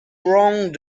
wrong